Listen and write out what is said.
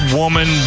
woman